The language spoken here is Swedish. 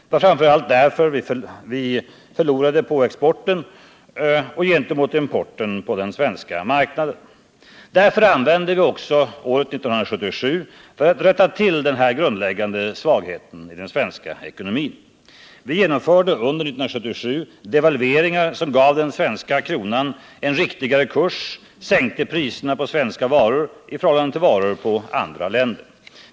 Det var framför allt därför vi förlorade på både exporten och gentemot importen på den svenska marknaden. Därför använde vi 1977 för att rätta till denna grundläggande svaghet i den svenska ekonomin: Vi genomförde under 1977 devalveringar som gav den svenska kronan en riktigare kurs och sänkte priserna på svenska varor i förhållande till varor från andra länder.